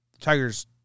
Tigers